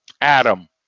Adam